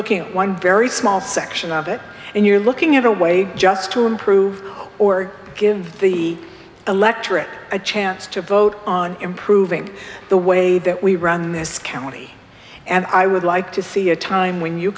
looking at one very small section of it and you're looking at a way just to improve or give the electorate a chance to vote on improving the way that we run this county and i would like to see a time when you